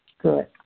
Good